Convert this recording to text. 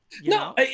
No